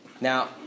Now